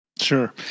Sure